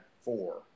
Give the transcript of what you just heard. four